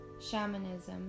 shamanism